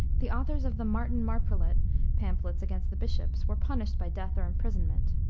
the authors of the martin marprelate pamphlets against the bishops, were punished by death or imprisonment.